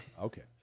Okay